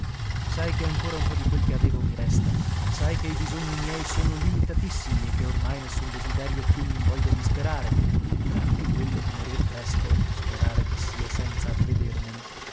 sai che ancora un po di quel che avevo mi resta sai che i bisogni miei sono limitatissimi e che ormai nessun desiderio più m'invoglia di sperare tranne quello di morir presto sperare che sia senza